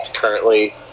currently